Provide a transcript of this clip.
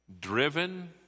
driven